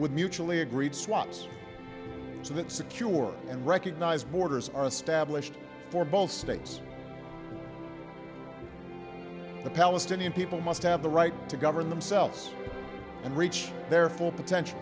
with mutually agreed swaps so that secure and recognized borders are established for both states the palestinian people must have the right to govern themselves and reach their full potential